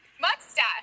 Mustache